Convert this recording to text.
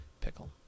Pickle